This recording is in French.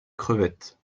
crevettes